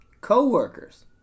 co-workers